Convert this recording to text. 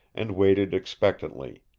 and waited expectantly.